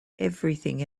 everything